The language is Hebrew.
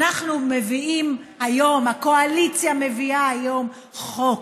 אנחנו מביאים היום, הקואליציה מביאה היום חוק